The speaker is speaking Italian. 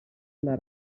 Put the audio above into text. alla